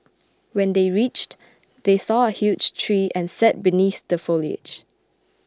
when they reached they saw a huge tree and sat beneath the foliage